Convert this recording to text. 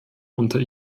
unter